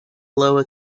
lower